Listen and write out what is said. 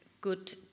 good